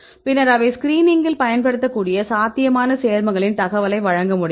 பின்னர் இவை ஸ்கிரீனிங்ஸ்கில் பயன்படுத்தக்கூடிய சாத்தியமான சேர்மங்களின் தகவலை வழங்க முடியும்